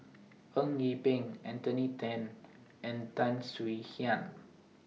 Eng Yee Peng Anthony Then and Tan Swie Hian